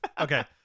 Okay